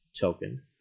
token